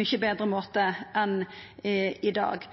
mykje betre måte enn i dag.